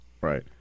Right